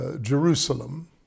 Jerusalem